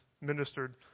ministered